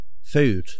food